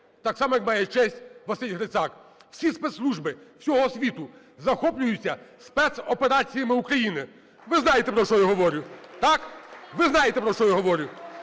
так само як має честь Василь Грицак. Всі спецслужби всього світу захоплюються спецопераціями України. Ви знаєте, про що я говорю, так? Ви знаєте, про що я говорю.